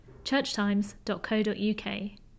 churchtimes.co.uk